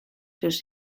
sus